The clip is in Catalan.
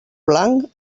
blanc